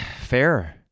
Fair